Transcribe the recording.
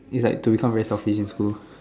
it's like to become very selfish in school